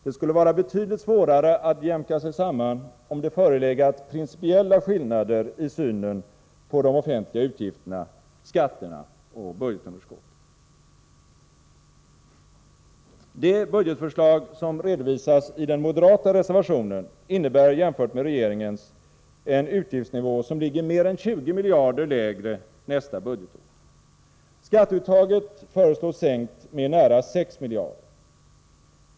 Det skulle vara betydligt svårare att jämka sig samman, om det förelegat principiella skillnader i synen på de offentliga utgifterna, skatterna och budgetunderskottet. Det budgetförslag som redovisas i den moderata reservationen innebär jämfört med regeringens förslag en utgiftsnivå som ligger mer än 20 miljarder lägre nästa budgetår. Skatteuttaget föreslås sänkt med nära 6 miljarder.